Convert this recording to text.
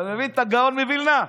אתה מבין את הגאון מווילנה?